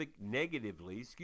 negatively